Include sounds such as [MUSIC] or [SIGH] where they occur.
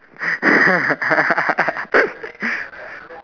[LAUGHS]